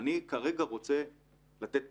אני כרגע רוצה לתת